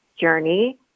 journey